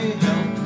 help